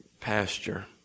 pasture